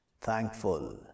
thankful